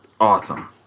awesome